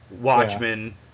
Watchmen